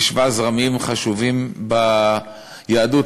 והשווה זרמים חשובים ביהדות,